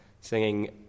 singing